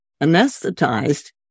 anesthetized